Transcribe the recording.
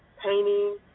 painting